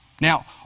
Now